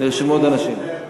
נרשמו עוד אנשים.